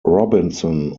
robinson